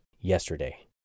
yesterday